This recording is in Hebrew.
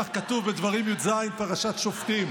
כך כתוב בדברים י"ז, בפרשת שופטים,